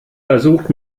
versucht